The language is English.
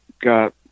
got